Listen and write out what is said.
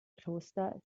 kloster